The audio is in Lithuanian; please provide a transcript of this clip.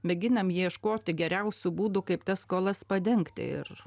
mėginame ieškoti geriausių būdų kaip tas skolas padengti ir